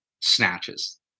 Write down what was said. Snatches